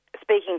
speaking